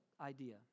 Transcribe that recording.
idea